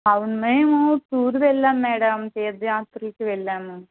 అవును మేము టూరు వెళ్ళాం మేడం తీర్థయాత్రలకు వెళ్ళాము